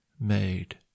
made